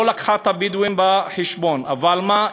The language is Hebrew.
לא הביאה את הבדואים בחשבון, אבל מה?